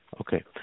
Okay